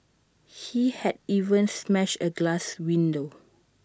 he had even smashed A glass window